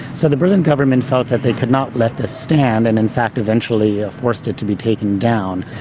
so the berlin government felt that they could not let this stand and in fact eventually ah forced it to be taken down.